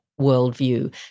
worldview